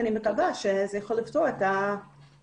ואני מקווה שזה יכול לפתור את הבעיה.